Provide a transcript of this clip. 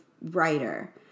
writer